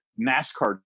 NASCAR